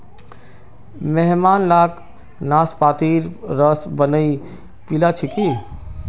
मेहमान लाक नाशपातीर रस बनइ पीला छिकि